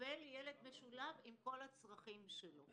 לקבל ילד משולב, עם כל הצרכים שלו.